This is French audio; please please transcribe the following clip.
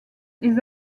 les